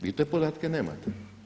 Vi te podatke nemate.